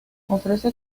ofrece